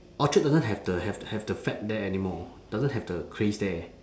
orchard doesn't have the have the have the fad there anymore doesn't have the craze there